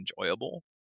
enjoyable